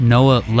Noah